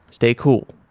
stay cool.